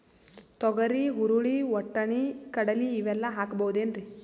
ತೊಗರಿ, ಹುರಳಿ, ವಟ್ಟಣಿ, ಕಡಲಿ ಇವೆಲ್ಲಾ ಹಾಕಬಹುದೇನ್ರಿ?